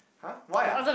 !huh! why ah